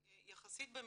באמהרית?